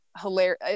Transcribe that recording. hilarious